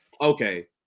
Okay